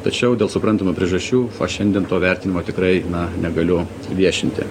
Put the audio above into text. tačiau dėl suprantamų priežasčių šiandien to vertinimo tikrai na negaliu viešinti